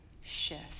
shift